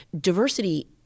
diversity